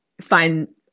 find